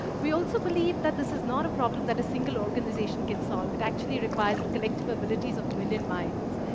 we also believe that this is not a problem that a single organization can solve. it actually requires the collective abilities of a million minds.